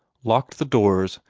locked the doors,